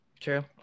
True